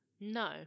No